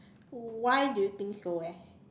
why do you think so eh